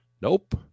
Nope